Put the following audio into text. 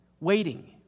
Waiting